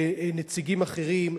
ונציגים אחרים,